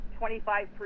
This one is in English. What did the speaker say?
25%